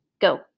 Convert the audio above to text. go